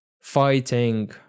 fighting